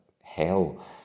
hell